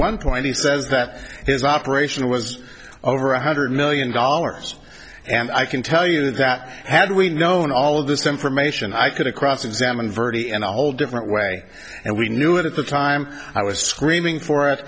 one point he says that his operation was over one hundred million dollars and i can tell you that had we known all of this information i could have cross examined verde and a whole different way and we knew it at the time i was screaming for